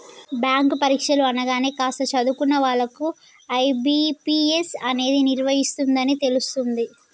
bank పరీక్షలు అనగానే కాస్త చదువుకున్న వాళ్ళకు ఐ.బీ.పీ.ఎస్ అనేది నిర్వహిస్తుందని తెలుస్తుంది